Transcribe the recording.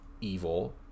evil